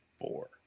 four